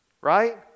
Right